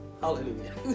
Hallelujah